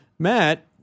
Matt